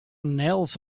nails